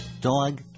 dog